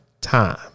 time